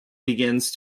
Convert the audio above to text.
begins